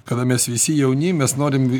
kada mes visi jauni mes norim